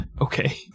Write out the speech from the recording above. Okay